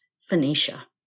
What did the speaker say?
Phoenicia